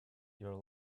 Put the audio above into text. your